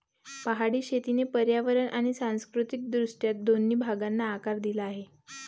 पहाडी शेतीने पर्यावरण आणि सांस्कृतिक दृष्ट्या दोन्ही भागांना आकार दिला आहे